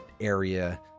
area